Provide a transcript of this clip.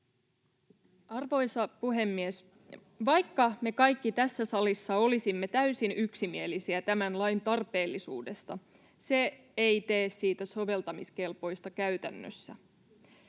Arvoisa puhemies! Vaikka me kaikki tässä salissa olisimme täysin yksimielisiä tämän lain tarpeellisuudesta, se ei tee siitä soveltamiskelpoista käytännössä.